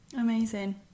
amazing